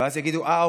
ואז יגידו: אה,